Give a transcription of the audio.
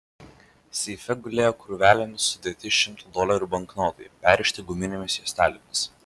seife gulėjo krūvelėmis sudėti šimto dolerių banknotai perrišti guminėmis juostelėmis